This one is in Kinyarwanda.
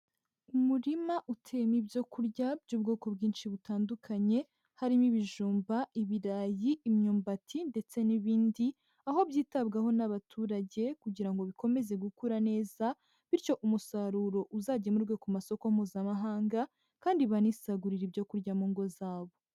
Umurima uteyemo ibyo kurya by'ubwoko bwinshi butandukanye harimo ibijumba, ibirayi, imyumbati ndetse n'ibindi, aho byitabwaho n'abaturage kugira ngo bikomeze gukura neza, bityo umusaruro uzagemurwe ku masoko mpuzamahanga kandi banisagurire ibyo kurya mu ngo zabo.